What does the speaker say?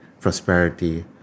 prosperity